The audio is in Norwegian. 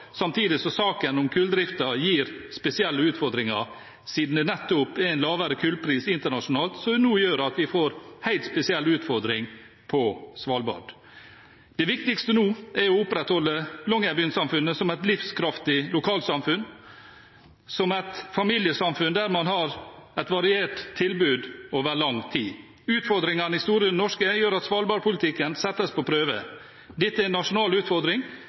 samtidig som saken om kulldriften gir spesielle utfordringer, siden det nettopp er en lavere kullpris internasjonalt som nå gjør at vi får en helt spesiell utfordring på Svalbard. Det viktigste nå er å opprettholde Longyearbyen-samfunnet som et livskraftig lokalsamfunn, som et familiesamfunn der man har et variert tilbud over lang tid. Utfordringene i Store Norske gjør at Svalbard-politikken settes på prøve. Dette er en nasjonal utfordring,